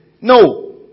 No